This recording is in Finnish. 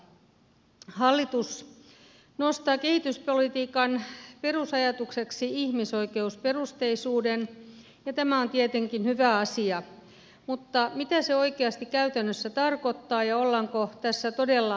hallitus nostaa kehityspolitiikan perusajatukseksi ihmisoikeusperusteisuuden ja tämä on tietenkin hyvä asia mutta mitä se oikeasti käytännössä tarkoittaa ja ollaanko tässä todella johdonmukaisia